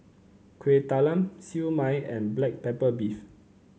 Kueh Talam Siew Mai and Black Pepper Beef